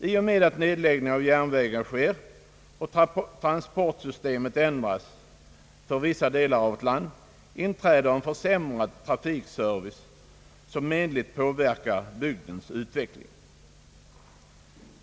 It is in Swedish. I och med att nedläggning av järnvägar sker och transportsystemet ändras för vissa delar av vårt land, inträder en försämrad trafikservice som menligt påverkar bygdens utveckling.